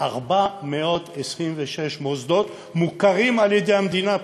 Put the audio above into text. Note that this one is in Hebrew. ו-426 מוסדות מוכרים על-ידי המדינה,